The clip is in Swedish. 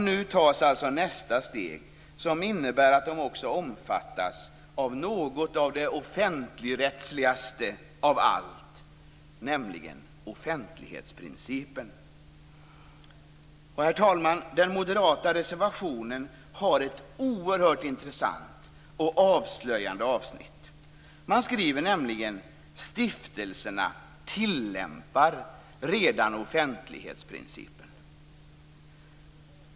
Nu tas alltså nästa steg, som innebär att de också omfattas av något av det mest offentligrättsliga av allt, nämligen offentlighetsprincipen. Herr talman! Den moderata reservationen har ett oerhört intressant och avslöjande avsnitt. Man skriver nämligen att stiftelserna redan tillämpar offentlighetsprincipen.